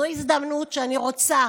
זו ההזדמנות שאני רוצה